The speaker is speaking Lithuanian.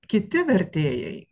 kiti vertėjai